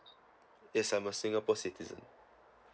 yes I'm a singapore citizen